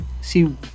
see